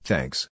Thanks